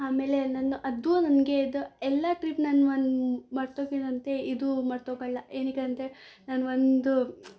ಆಮೇಲೆ ನಾನು ಅದು ನನಗೆ ಇದು ಎಲ್ಲ ಟ್ರಿಪ್ ನಾನ್ ಒನ್ ಮರ್ತೋಗಿದಂತೆ ಇದು ಮರ್ತೋಗಲ್ಲ ಏನಕ್ಕೆ ಅಂದರೆ ನಾನು ಒಂದು